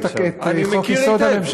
אתה צריך להכיר את חוק-יסוד: הממשלה.